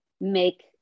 make